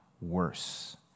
worse